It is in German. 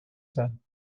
sein